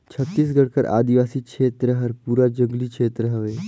छत्तीसगढ़ कर आदिवासी छेत्र हर पूरा जंगली छेत्र हवे